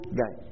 guy